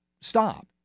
stop